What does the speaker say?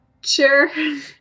sure